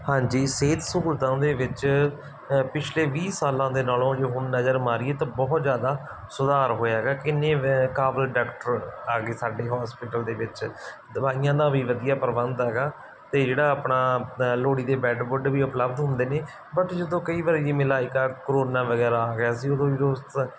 ਹਾਂਜੀ ਸਿਹਤ ਸਹੂਲਤਾਂ ਦੇ ਵਿੱਚ ਪਿਛਲੇ ਵੀਹ ਸਾਲਾਂ ਦੇ ਨਾਲੋਂ ਜੇ ਹੁਣ ਨਜ਼ਰ ਮਾਰੀਏ ਤਾਂ ਬਹੁਤ ਜ਼ਿਆਦਾ ਸੁਧਾਰ ਹੋਇਆ ਹੈਗਾ ਕਿੰਨੇ ਕਾਬਲ ਡਾਕਟਰ ਆ ਗਏ ਸਾਡੇ ਹੋਸਪਿਟਲ ਦੇ ਵਿੱਚ ਦਵਾਈਆਂ ਦਾ ਵੀ ਵਧੀਆ ਪ੍ਰਬੰਧ ਹੈਗਾ ਅਤੇ ਜਿਹੜਾ ਆਪਣਾ ਲੋੜੀਂਦੇ ਬੈਡ ਬੁੱਡ ਵੀ ਉਪਲਬਧ ਹੁੰਦੇ ਨੇ ਬਟ ਜਦੋਂ ਕਈ ਵਾਰ ਜਿਵੇਂ ਲਾਇਕ ਆ ਕਰੋਨਾ ਵਗੈਰਾ ਆ ਗਿਆ ਸੀ ਉਦੋਂ